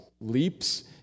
Leaps